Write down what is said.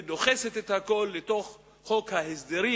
ודוחסת את הכול לתוך חוק ההסדרים,